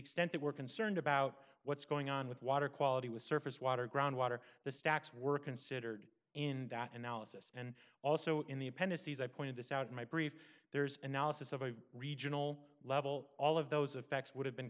extent that we're concerned about what's going on with water quality with surface water groundwater the stacks were considered in that analysis and also in the appendices i pointed this out in my brief there's analysis of a regional level all of those effects would have been